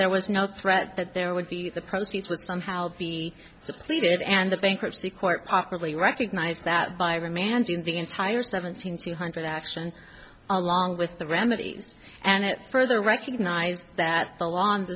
there was no threat that there would be the proceeds would somehow be depleted and the bankruptcy court properly recognized that by remanding the entire seven thousand two hundred action along with the remedies and it further recognized that the law